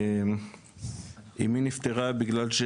אמי נפטרה בגלל,